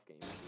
game